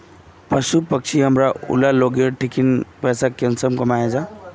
पशु पक्षी हमरा ऊला लोकेर ठिकिन पैसा कुंसम कमाया जा?